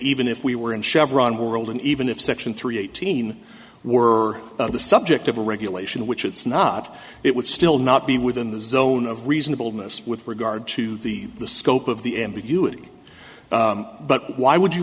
even if we were in chevron world and even if section three eighteen were the subject of a regulation which it's not it would still not be within the zone of reasonableness with regard to the the scope of the ambiguity but why would you